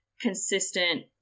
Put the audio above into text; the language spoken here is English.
consistent